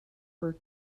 were